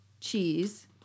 cheese